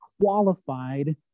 qualified